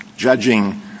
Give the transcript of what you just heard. judging